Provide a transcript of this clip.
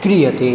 क्रियते